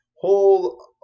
whole